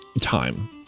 time